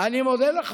אני מודה לך,